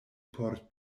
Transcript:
por